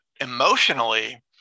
emotionally